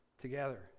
together